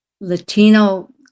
latino